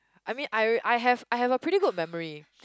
I mean I re~ I have I have a pretty good memory